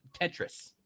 Tetris